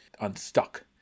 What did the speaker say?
unstuck